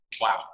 Wow